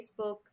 Facebook